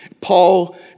Paul